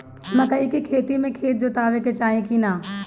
मकई के खेती मे खेत जोतावे के चाही किना?